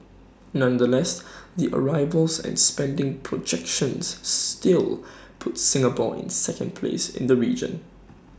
nonetheless the arrivals and spending projections still put Singapore in second place in the region